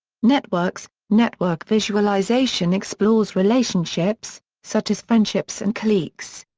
networks network visualization explores relationships, such as friendships and cliques.